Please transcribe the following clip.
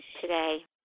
today